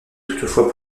toutefois